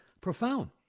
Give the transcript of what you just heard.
profound